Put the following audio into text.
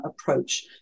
approach